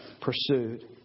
pursued